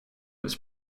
was